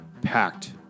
packed